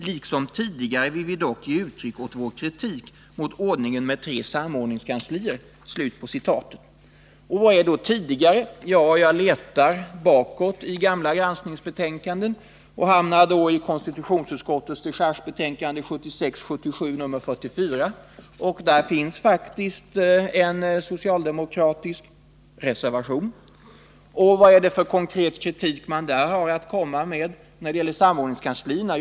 Liksom tidigare vill vi dock ge uttryck åt vår kritik mot ordningen med de tre samordningskanslierna.” Vad innebär då ordet ”tidigare”? Jag letade i gamla granskningsbetänkanden och hamnade till slut i konstitutionsutskottets dechargebetänkande 1976/77:44. Där fanns faktiskt en socialdemokratisk reservation om samordningen inom regeringskansliet. Vad var det då för konkret kritik man där hade att komma med beträffande samordningskanslierna?